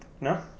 No